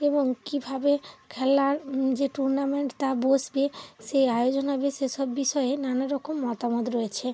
এবং কীভাবে খেলার যে টুর্নামেন্ট তা বসবে সেই আয়োজন হবে সেসব বিষয়ে নানারকম মতামত রয়েছে